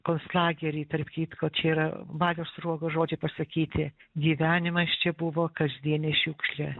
konslagery tarp kitko čia yra balio sruogos žodžiai pasakyti gyvenimas čia buvo kasdienė šiukšlė